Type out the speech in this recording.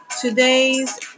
today's